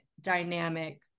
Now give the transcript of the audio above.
dynamic